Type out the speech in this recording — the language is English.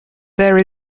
there